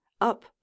up